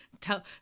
tell